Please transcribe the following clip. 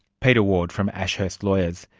peter ward from ashurst lawyers.